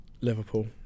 Liverpool